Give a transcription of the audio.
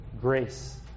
grace